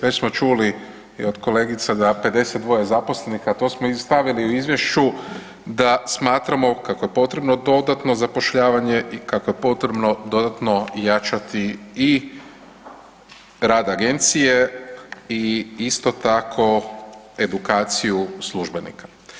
Već smo čuli i od kolegica da 52 zaposlenih, a to smo i stavili u Izvješću da smatramo kako je potrebno dodatno zapošljavanje i kako je potrebno dodatno jačati i rad Agencije i isto tako edukaciju službenika.